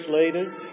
leaders